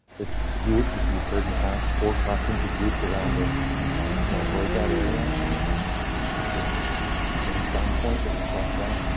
it's grouped as you've heard in the past, four classrooms are grouped around this small breakout area and if its main selling point that we talked about,